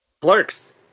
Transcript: Clerks